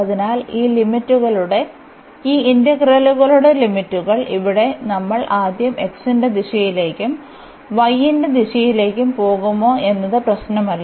അതിനാൽ ഈ ഇന്റഗ്രലുകളുടെ ലിമിറ്റുകൾ ഇവിടെ നമ്മൾ ആദ്യം x ന്റെ ദിശയിലേക്കും y ന്റെ ദിശയിലേക്കും പോകുമോ എന്നത് പ്രശ്നമല്ല